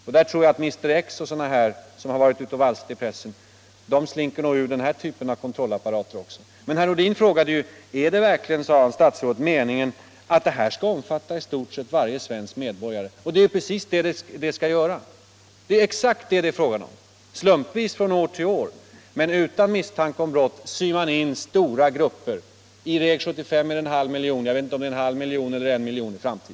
Mr X och andra liknande personer som har varit ute och valsat i pressen slinker nog också ur den här typen av kontrollapparater. Men herr Nordin frågade statsrådet om det var meningen att det här skall omfatta i stort sett varje svensk medborgare. Det är ju exakt detta det gäller. Slumpvis från år till år men utan att det föreligger misstanke om brott utsätts stora grupper för de här kontrollerna. I Reg-75 gäller det en halv eller en miljon människor.